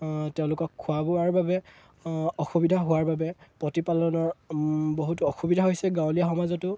তেওঁলোকক খোৱা বোৱাৰ বাবে অসুবিধা হোৱাৰ বাবে প্ৰতিপালনৰ বহুতো অসুবিধা হৈছে গাঁৱলীয়া সমাজতো